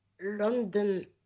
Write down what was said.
London